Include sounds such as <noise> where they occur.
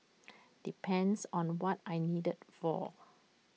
<noise> depends on what I'm needed for